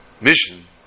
mission